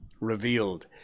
revealed